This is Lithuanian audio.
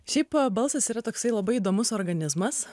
šiaip a balsas yra toksai labai įdomus organizmas